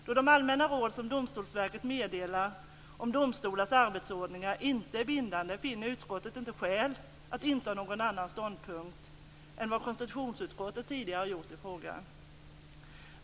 Då de allmänna råd som Domstolsverket meddelar om domstolars arbetsordningar inte är bindande finner utskottet inte skäl att inta någon annan ståndpunkt än vad konstitutionsutskottet tidigare har gjort i frågan.